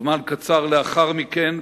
וזמן קצר לאחר מכן,